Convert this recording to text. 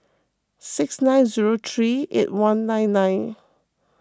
six nine zero three eight one nine nine